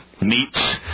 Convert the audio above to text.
Meats